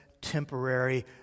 temporary